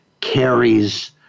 carries